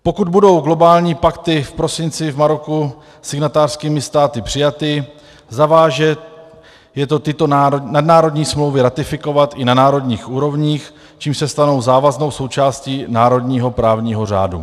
Pokud budou globální pakty v prosinci v Maroku signatářskými státy přijaty, zaváže to tyto nadnárodní smlouvy ratifikovat i na národních úrovních, čímž se stanou závaznou součástí národního právního řádu.